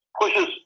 pushes